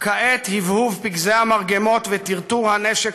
"כעת הבהוב פגזי המרגמות וטרטור הנשק